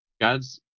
God's